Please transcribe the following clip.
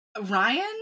Ryan